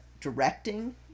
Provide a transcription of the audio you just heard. directing